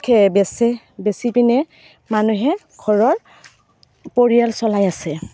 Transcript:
খে বেচে বেচি পিনে মানুহে ঘৰৰ পৰিয়াল চলাই আছে